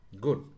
Good